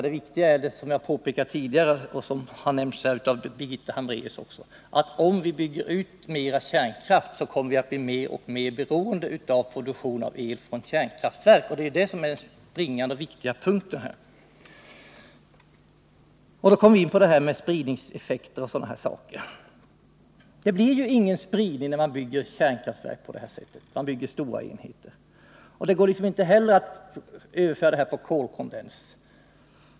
Det viktiga är, som jag påpekade tidigare och som har nämnts här också av Birgitta Hambraeus, att om vi bygger ut mer kärnkraft kommer vi att bli mer och mer beroende av produktion av el från kärnkraftverk. Det är det som är den springande punkten. Så kommer vi in på spridningseffekter och sådana saker. Det blir ju ingen spridning av kraftkällorna om man bygger kärnkraftverk på det här sättet, dvs. bygger stora enheter. Samma sak gäller kolkondens.